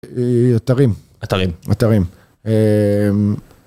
אתרים. אתרים. אתרים.